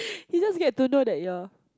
he just get to know that your